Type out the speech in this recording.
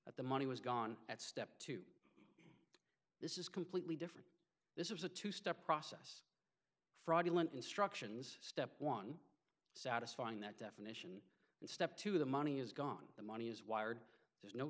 at the money was gone at step two this is completely different this is a two step process fraudulent instructions step one satisfying that definite in step two the money is gone the money is wired there's no